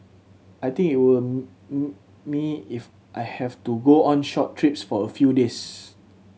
I think it will me if I have to go on short trips for a few days